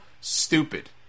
stupid